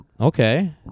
Okay